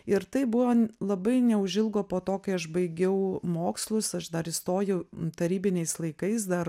ir tai buvo labai neužilgo po to kai aš baigiau mokslus aš dar įstojau tarybiniais laikais dar